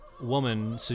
woman